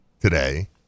today